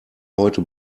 heute